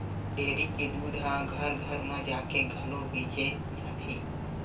dairy के दूद ह घर घर म जाके घलो बेचे जाथे